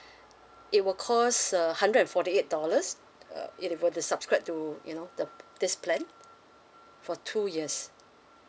it will cost a hundred and forty eight dollars uh if you were to subscribe to you know the this plan for two years